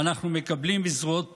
אנחנו מקבלים בזרועות פתוחות.